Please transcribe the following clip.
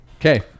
Okay